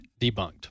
Debunked